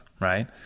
right